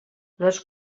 les